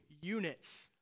units